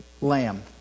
lamb